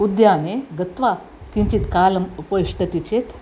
उद्याने गत्वा किञ्चित् कालम् उपविषति चेत्